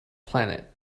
planet